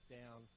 down